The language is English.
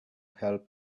help